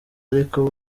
ariko